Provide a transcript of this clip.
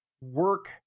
work